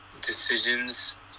decisions